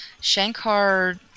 Shankar